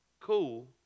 cool